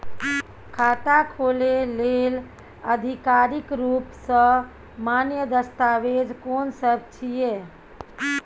खाता खोले लेल आधिकारिक रूप स मान्य दस्तावेज कोन सब छिए?